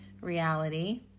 reality